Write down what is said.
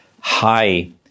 high